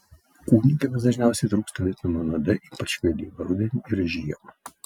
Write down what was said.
kūdikiams dažniausiai trūksta vitamino d ypač vėlyvą rudenį ir žiemą